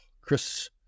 Chris